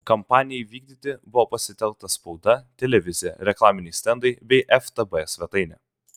kampanijai vykdyti buvo pasitelkta spauda televizija reklaminiai stendai bei ftb svetainė